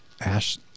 ash